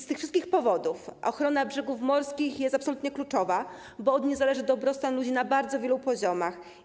Z tych wszystkich powodów ochrona brzegów morskich jest absolutnie kluczowa, bo od niej zależy dobrostan ludzi na bardzo wielu poziomach.